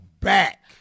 back